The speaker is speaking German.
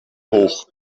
hoch